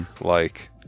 Like-